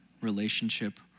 relationship